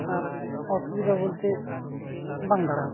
ᱟᱨ ᱚᱥᱩᱵᱤᱛᱟ ᱵᱚᱞᱛᱮ ᱵᱟᱝ ᱫᱟᱲᱟᱣ ᱠᱟᱱᱟ